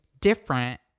different